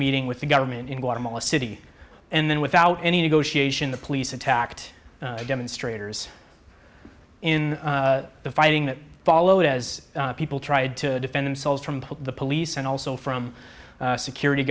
meeting with the government in guatemala city and then without any negotiation the police attacked demonstrators in the fighting that followed as people tried to defend themselves from the police and also from security